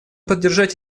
поддержать